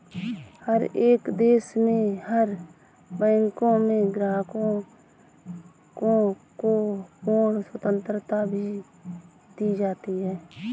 हर एक देश में हर बैंक में ग्राहकों को पूर्ण स्वतन्त्रता भी दी जाती है